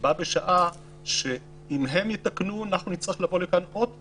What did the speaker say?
בה בשעה שאם הם יתקנו נצטרך לבוא לכאן עוד פעם,